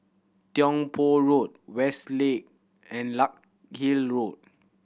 Tiong Poh Road Westgate and Larkhill Road